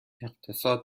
اقتصاد